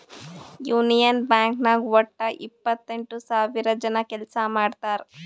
union Bank ನಾಗ್ ವಟ್ಟ ಎಪ್ಪತ್ತೆಂಟು ಸಾವಿರ ಜನ ಕೆಲ್ಸಾ ಮಾಡ್ತಾರ್